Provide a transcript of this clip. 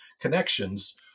connections